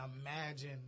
imagine